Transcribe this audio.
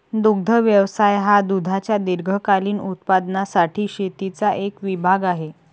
दुग्ध व्यवसाय हा दुधाच्या दीर्घकालीन उत्पादनासाठी शेतीचा एक विभाग आहे